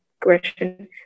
question